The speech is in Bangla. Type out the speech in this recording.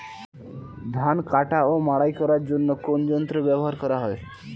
ধান কাটা ও মাড়াই করার জন্য কোন যন্ত্র ব্যবহার করা হয়?